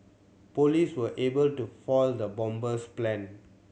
police were able to foil the bomber's plan